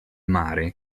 mare